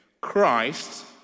Christ